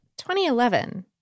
2011